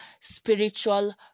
spiritual